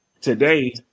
Today